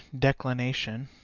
declination,